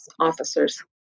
officers